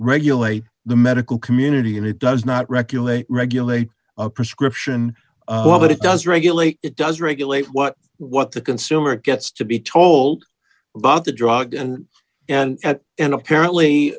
regulate the medical community and it does not regulate regulate a prescription but it does regulate it does regulate what what the consumer gets to be told about the drug and and and apparently